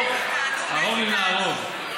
פה, "הרגני נא הרג".